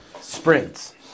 Sprints